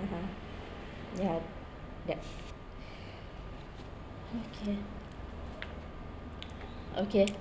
(uh huh) ya that okay